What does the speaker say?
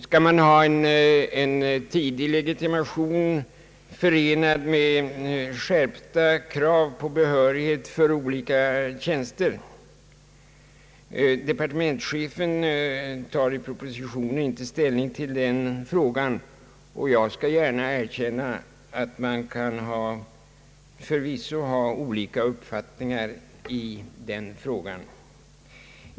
Skall man ha en tidig legitimation, förenad med skärpta krav på behörighet för olika tjänster? Departementschefen tar inte ställning till den frågan i propositionen, och jag skall gärna erkänna att man förvisso kan ha olika uppfattningar om detta.